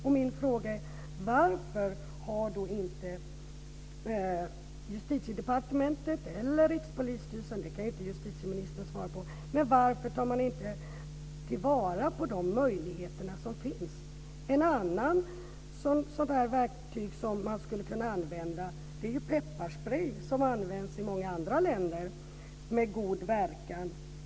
Och min fråga är: Varför tar inte Justitiedepartementet eller Rikspolisstyrelsen - för Rikspolisstyrelsen kan ju inte justitieministern svara - tillvara de möjligheter som finns? Ett annat verktyg som man skulle kunna använda är ju pepparsprej som används i många andra länder med god verkan.